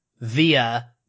via